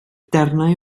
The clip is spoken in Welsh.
darnau